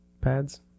pads